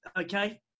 okay